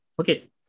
okay